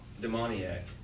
demoniac